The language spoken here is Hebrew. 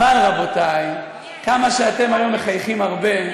אבל, רבותי, כמה שאתם מחייכים היום הרבה,